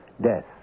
death